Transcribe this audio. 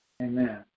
Amen